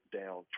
down